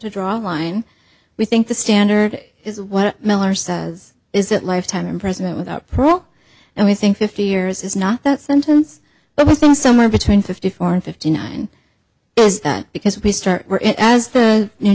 to draw a line we think the standard is what miller says is that lifetime and president without parole and we think fifty years is not that sentence but one thing somewhere between fifty four and fifty nine is that because we start as the new